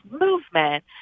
movement